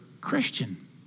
Christian